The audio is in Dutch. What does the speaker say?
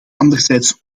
anderzijds